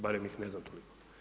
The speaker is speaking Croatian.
Barem ih ne znam toliko.